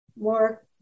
more